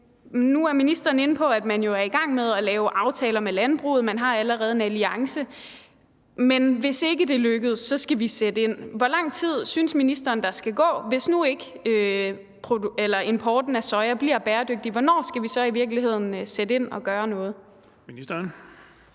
Nu er ministeren inde på, at man jo er i gang med at lave aftaler med landbruget – man har allerede en alliance – men hvis ikke det lykkes, skal vi sætte ind. Hvor lang tid synes ministeren der skal gå? Hvis nu ikke importen af soja bliver bæredygtig, hvornår skal vi så i virkeligheden sætte ind og gøre noget? Kl.